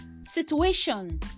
situation